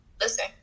Listen